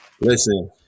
listen